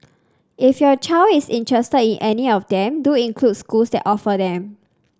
if your child is interested in any of them do include schools that offer them